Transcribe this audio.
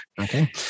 Okay